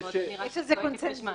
יש איזה קונצנזוס.